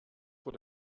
vor